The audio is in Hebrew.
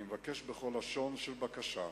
אני מבקש בכל לשון של בקשה,